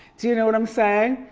do you know what i'm saying?